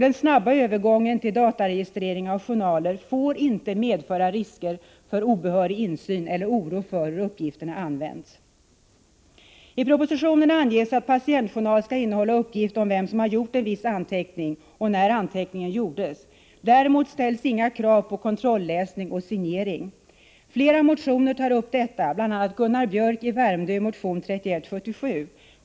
Den snabba övergången till dataregistrering av journaler får inte medföra risker för obehörig insyn eller oro för hur uppgifterna används. I propositionen anges att patientjournal skall innehålla uppgift om vem som har gjort en viss anteckning och när anteckningen gjordes. Däremot ställs inga krav på kontrolläsning och signering. Flera motioner tar upp detta, bl.a. motion 3177 av Gunnar Biörck i Värmdö.